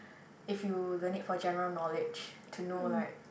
if you learn it for general knowledge to know like